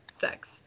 sex